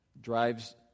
Drives